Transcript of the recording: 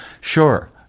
sure